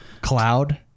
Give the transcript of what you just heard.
Cloud